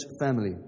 family